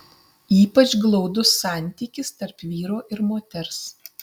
ypač glaudus santykis tarp vyro ir moters